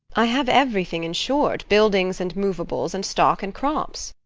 i have everything insured buildings and movables and stock and crops.